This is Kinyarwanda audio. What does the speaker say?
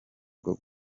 bwo